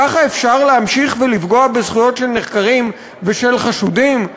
ככה אפשר להמשיך ולפגוע בזכויות של נחקרים ושל חשודים?